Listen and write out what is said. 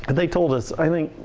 they told us, i think,